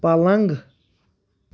پَلنٛگ